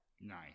Nice